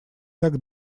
так